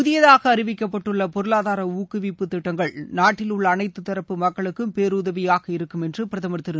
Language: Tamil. புதியதாக அறிவிக்கப்பட்டுள்ள பொருளாதார ஊக்குவிப்பு திட்டங்கள் நாட்டிலுள்ள அனைத்து தரப்பு மக்களுக்கும் பேருதவியாக இருக்கும் என்று பிரதமர் திரு